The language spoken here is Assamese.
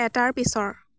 এটাৰ পিছৰ